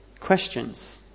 questions